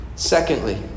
Secondly